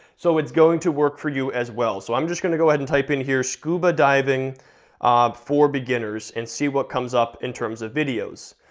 so it's going to work for you as well, so i'm just gonna go ahead and type in here, scuba diving for beginners, and see what comes up, in terms of videos.